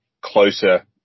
closer